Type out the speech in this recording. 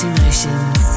Emotions